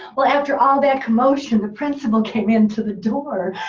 well, after all that commotion, the principal came into the door,